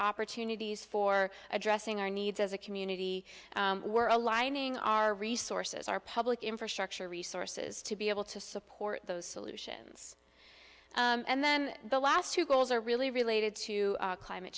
opportunities for addressing our needs as a community were aligning our resources our public infrastructure resources to be able to support those solutions and then the last two goals are really related to climate